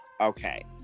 Okay